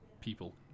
people